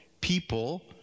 people